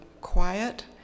quiet